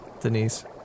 Denise